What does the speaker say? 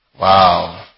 Wow